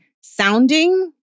sounding